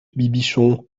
bibichon